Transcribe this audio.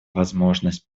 возможность